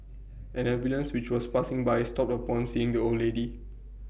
an ambulance which was passing by stopped upon seeing the old lady